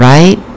Right